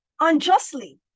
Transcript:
unjustly